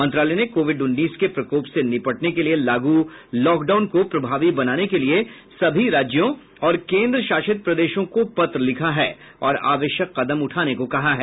मंत्रालय ने कोविड उन्नीस के प्रकोप से निपटने के लिए लागू लॉकडाउन को प्रभावी बनाने के लिए सभी राज्यों और केंद्र शासित प्रदेशों को पत्र लिखा है और आवश्यक कदम उठाने को कहा है